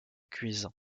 cuisant